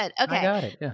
Okay